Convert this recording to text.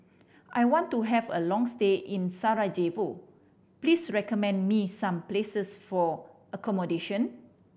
I want to have a long stay in Sarajevo please recommend me some places for accommodation